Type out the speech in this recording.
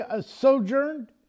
sojourned